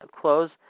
close